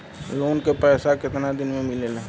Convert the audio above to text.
Loan के पैसा कितना दिन मे मिलेला?